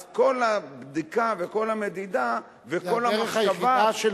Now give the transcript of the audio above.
אז כל הבדיקה וכל המדידה וכל המחשבה,